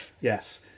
Yes